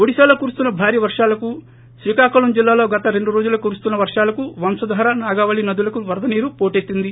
ఒడిశాలో కురుస్తున్న భారీ వర్గాలకు శ్రీకాకుళం జిల్లాలో గత రెండు రోజులుగా కురుస్తున్న వర్షాలకు వంశధార నాగావళి నదులకు వరద నీరు పోటెత్తింది